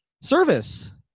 service